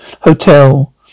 Hotel